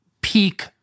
peak